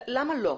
למה לא?